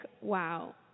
wow